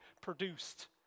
produced